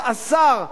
שר התשתיות,